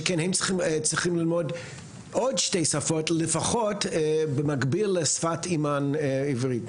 שכן הם צריכים ללמוד עוד שתי שפות לפחות במקביל לשפת אימם עברית.